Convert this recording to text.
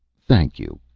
thank you,